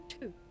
two